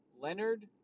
Leonard